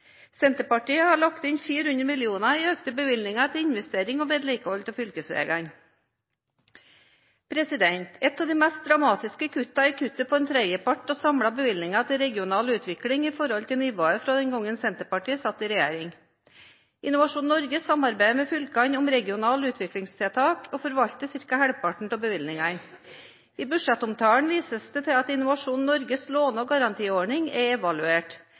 Senterpartiet har lagt inn 400 mill. kr i økte bevilgninger til investering og vedlikehold av fylkesveiene. Et av de mest dramatiske kuttene er kuttet på en tredjepart av samlede bevilgninger til regional utvikling i forhold til nivået fra den gangen Senterpartiet satt i regjering. Innovasjon Norge samarbeider med fylkene om regionale utviklingstiltak og forvalter ca. halvparten av bevilgningene. I budsjettomtalen vises det til at Innovasjon Norges låne- og garantiordning er evaluert.